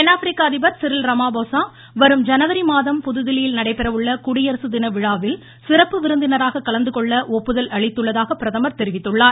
தென்னாப்பிரிக்க அதிபர் Cyril Ramaphosa வரும் ஜனவரி மாதம் புதுதில்லியில் நடைபெறவுள்ள குடியரசு தின விழாவில் சிறப்பு விருந்தினராக கலந்துகொள்ள ஒப்புதல் அளித்ததுள்ளதாக பிரதமர் தெரிவித்துள்ளார்